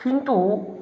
किन्तु